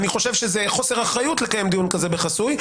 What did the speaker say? אני חושב שזה חוסר אחריות לקיים דיון כזה כחסוי.